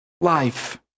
life